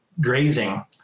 grazing